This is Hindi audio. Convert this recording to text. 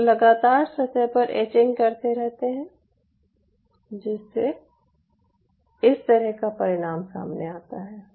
आप लगातार सतह पर एचिंग करते रहते हैं जिससे इस तरह का परिणाम सामने आता है